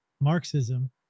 Marxism